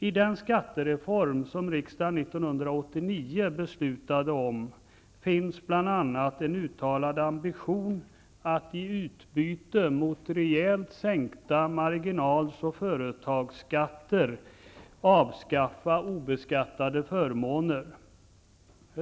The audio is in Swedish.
I den skattereform som riksdagen 1989 beslutade om finns bl.a. en uttalad ambition att i utbyte mot rejält sänkta marginal och företagsskatter avskaffa obeskattade förmåner.